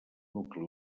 nucli